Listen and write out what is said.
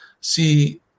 see